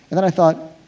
then i thought,